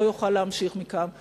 לא יוכל להמשיך מכאן.